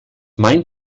mein